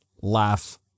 laugh